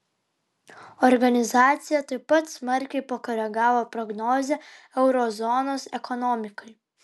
organizacija taip pat smarkiai pakoregavo prognozę euro zonos ekonomikai